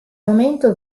momento